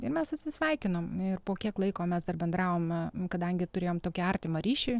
ir mes atsisveikinom ir po kiek laiko mes dar bendravome kadangi turėjom tokį artimą ryšį